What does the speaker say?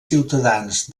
ciutadans